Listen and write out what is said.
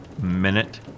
minute